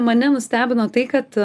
mane nustebino tai kad